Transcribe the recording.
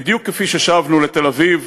בדיוק כפי ששבנו לתל-אביב,